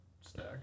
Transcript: stack